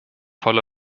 volle